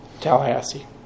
Tallahassee